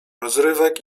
rozrywek